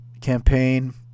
campaign